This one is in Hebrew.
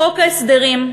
חוק ההסדרים.